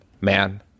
man